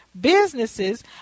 businesses